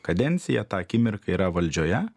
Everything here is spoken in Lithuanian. kadenciją tą akimirką yra valdžioje